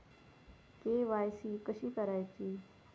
KYC कशी करायची?